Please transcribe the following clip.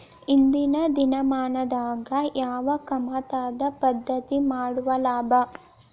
ಇಂದಿನ ದಿನಮಾನದಾಗ ಯಾವ ಕಮತದ ಪದ್ಧತಿ ಮಾಡುದ ಲಾಭ?